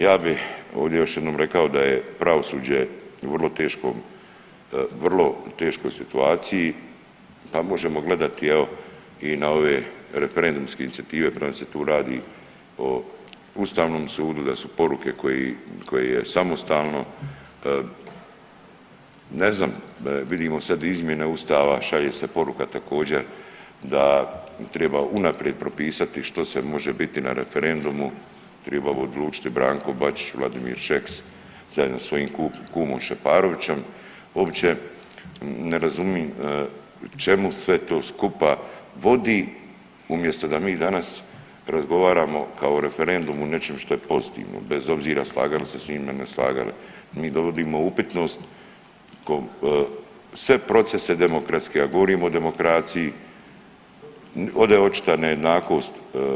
Ja bi ovdje još jednom rekao da je pravosuđe u vrlo teškom, u vrlo teškoj situaciji, pa možemo gledati evo i na ove referendumske inicijative premda se tu radi o ustavnom sudu, da su poruke koje, koje je samostalno, ne znam, vidimo sad izmjene ustava, šalje se poruka također da treba unaprijed propisati što sve može biti na referendumu, triba o ovome odlučiti Branko Bačić, Vladimir Šeks zajedno sa svojim kumom Šeparovićem, uopće ne razumim čemu sve to skupa vodi umjesto da mi danas razgovaramo kao referendum o nečem što je pozitivno bez obzira slagali se s time ili ne slagali, mi dovodimo u upitnost sve procese demokratske, a govorimo o demokraciji, ovdje je očita nejednakost.